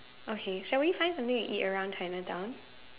okay shall we find something to eat around Chinatown